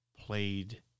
played